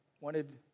wanted